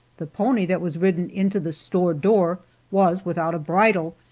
the pony that was ridden into the store door was without a bridle,